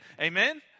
Amen